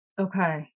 Okay